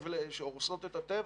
שהורסות את הטבע.